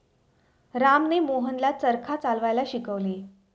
रामने मोहनला चरखा चालवायला शिकवले